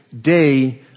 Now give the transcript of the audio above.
day